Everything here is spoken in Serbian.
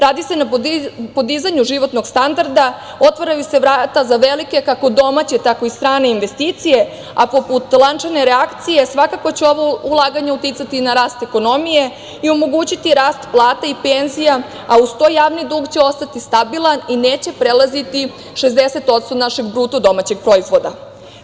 Radi se na podizanju životnog standarda, otvaraju se vrata za velike, kako domaće, tako i strane investicije, a poput lančane reakcije svakako će ovo ulaganje uticati na rast ekonomije i omogućiti rast plata i penzija, a uz to javni dug će ostati stabilan i neće prelaziti 60% našeg BDP-a.